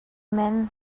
man